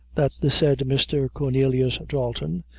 that the said mr. cornelius dalton,